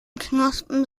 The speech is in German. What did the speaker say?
knospen